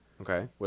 Okay